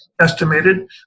estimated